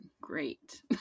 great